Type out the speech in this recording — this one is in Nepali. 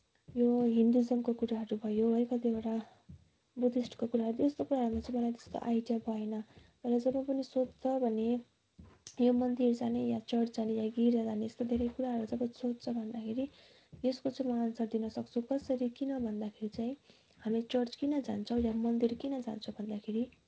यो हिन्दू सङ्घको कुराहरू भयो है कतिवटा बुद्धिस्टको कुराहरू यस्तो कुराहरूमा चाहिँ मलाई त्यस्तो आइडिया भएन र जब पनि सोध्छ भने यो मन्दिर जाने या चर्च जाने या गिर्जा जाने यस्तो धेरै कुराहरू जब सोध्छ भन्दाखेरि यसको चाहिँ म एन्सर दिनसक्छु कसरी किन भन्दाखेरि चाहिँँ हामी चर्च किन जान्छौँ या मन्दिर किन जान्छौँ भन्दाखेरि